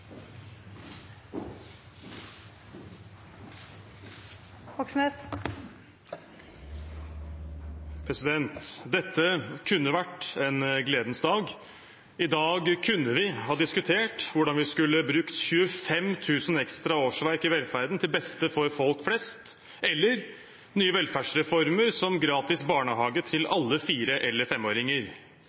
Dette kunne ha vært en gledens dag. I dag kunne vi ha diskutert hvordan vi skulle bruke 25 000 ekstra årsverk i velferden til beste for folk flest, eller nye velferdsreformer som gratis barnehage til alle fire- eller femåringer.